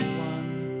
one